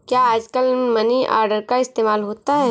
क्या आजकल money order का इस्तेमाल होता है?